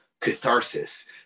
catharsis